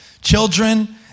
children